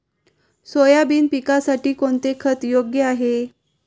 Soybean पिकासाठी कोणते खत योग्य आहे?